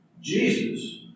Jesus